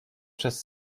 przez